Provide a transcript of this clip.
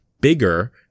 bigger